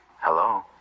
hello